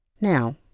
Now